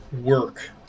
work